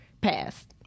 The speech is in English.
passed